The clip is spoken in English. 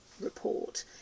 report